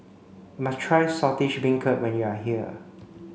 must try Saltish Beancurd when you are here